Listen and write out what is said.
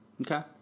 Okay